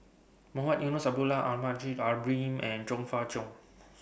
Mohamed Eunos Abdullah Almahdi Al Haj Ibrahim and Chong Fah Cheong